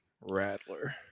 rattler